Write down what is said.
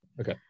Okay